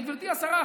הרי גברתי השרה,